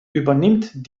übernimmt